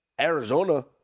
Arizona